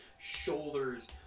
shoulders